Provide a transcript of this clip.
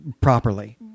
properly